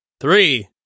Three